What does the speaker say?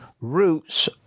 roots